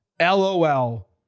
LOL